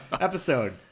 episode